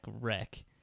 wreck